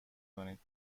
کنید